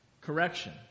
Correction